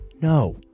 No